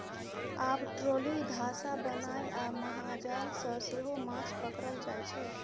आब ट्रोली, धासा बनाए आ महाजाल सँ सेहो माछ पकरल जाइ छै